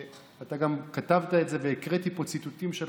אתה גם כתבת את זה והקראתי פה ציטוטים שלך,